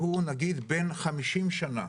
שהוא נגיד בן חמישים שנה,